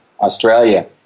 Australia